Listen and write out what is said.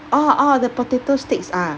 orh orh the potato sticks ah